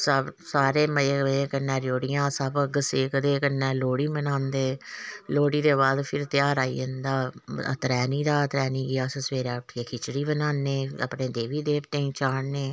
सारे मजे मजे कन्नै रयौड़ियां सब अग्ग सेकदे कन्नै लोह्ड़ी मनांदे लोह्ड़ी दे बाद फिर ध्यार आई जंदा त्रैनी दा त्रैनी गी अस सबैह्रे उट्ठियै खिचड़ी बनाने अपने देवी देवतें ई चाढ़ने